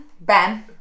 ben